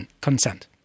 consent